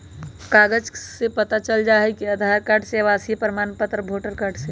कागज से पता चल जाहई, आधार कार्ड से, आवासीय प्रमाण पत्र से, वोटर कार्ड से?